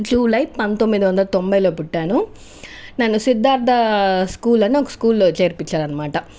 July పంతొమ్మిది వందల తొంభైలో పుట్టాను నన్ను సిద్ధార్ధ స్కూల్ అని ఒక స్కూల్ లో చేర్పించారన్నమాట